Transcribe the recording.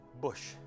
bush